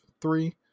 three